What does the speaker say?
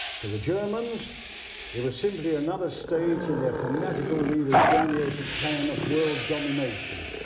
for the germans it was simply another stage in their fanatical leader's grandiose plan of world domination.